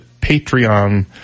Patreon